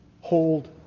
hold